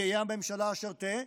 תהא הממשלה אשר תהא.